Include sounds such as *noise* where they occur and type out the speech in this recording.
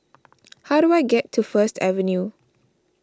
*noise* how do I get to First Avenue